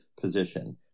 position